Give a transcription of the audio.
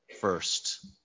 first